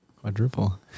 Quadruple